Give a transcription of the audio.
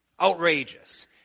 outrageous